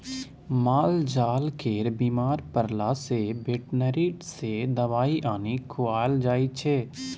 मालजाल केर बीमार परला सँ बेटनरी सँ दबाइ आनि खुआएल जाइ छै